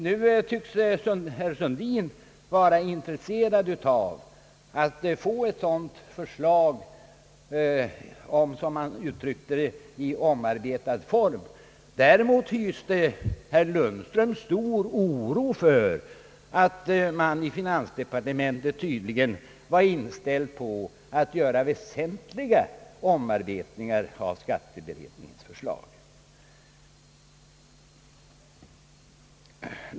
Nu tycks herr Sundin vara intresserad av att få ett förslag i, som han uttryckte det, omarbetad form. Däremot hyste herr Lundström stor oro för att man i finansdepartementet tydligen är inställd på att göra väsentliga omarbetningar av skatteberedningens förslag.